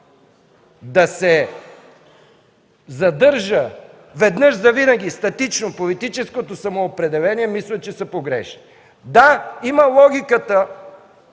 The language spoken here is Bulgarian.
да се задържа веднъж завинаги статично политическото самоопределение, мисля, че са погрешни. Да, има логиката,